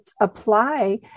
apply